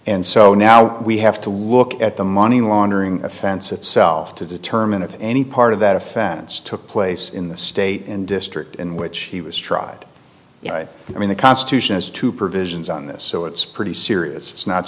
and so now we have to look at the money laundering offense itself to determine if any part of that offense took place in the state and district in which he was tried you know i mean the constitution is two provisions on this so it's pretty serious it's not